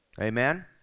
Amen